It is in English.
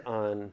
on